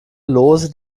lose